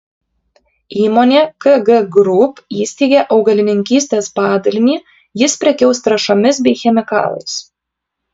įmonė kg group įsteigė augalininkystės padalinį jis prekiaus trąšomis bei chemikalais